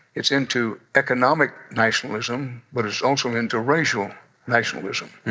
it's into economic nationalism, but it's also into racial nationalism.